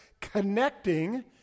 CONNECTING